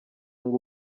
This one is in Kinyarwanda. ngo